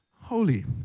holy